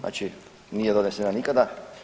Znači nije donesena nikada.